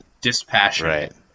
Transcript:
Dispassionate